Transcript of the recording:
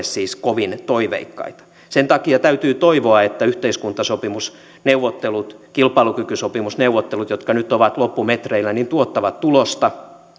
siis kovin toiveikkaita sen takia täytyy toivoa että yhteiskuntasopimusneuvottelut kilpailukykysopimusneuvottelut jotka nyt ovat loppumetreillä tuottavat tulosta